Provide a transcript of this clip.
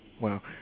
Wow